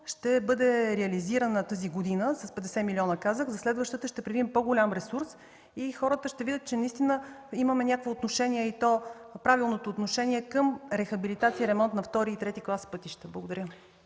ще бъде реализирана тази година с 50 милиона, за следващата ще определим по-голям ресурс и хората ще видят, че наистина имаме някакво отношение и то правилното отношение към рехабилитация и ремонт на втори и трети клас пътища. Благодаря.